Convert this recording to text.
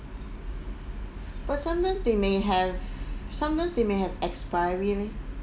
but some times they may have sometimes they may have expiry leh